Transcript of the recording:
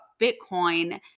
Bitcoin